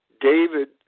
David